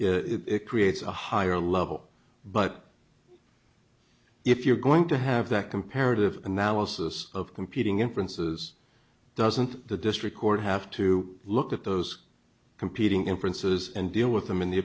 it creates a higher level but if you're going to have that comparative analysis of competing in francis doesn't the district court have to look at those competing inferences and deal with them in the